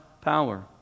power